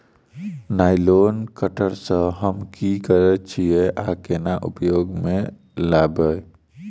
Nylon cutter सँ हम की करै छीयै आ केना उपयोग म लाबबै?